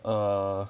err